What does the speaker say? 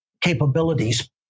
capabilities